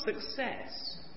success